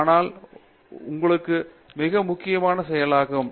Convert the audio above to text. ஆனால் இது உங்களுக்கு மிக முக்கியமான செயலாகும்